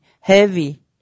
heavy